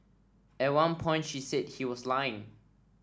at one point she said he was lying